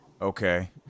okay